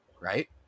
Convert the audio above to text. right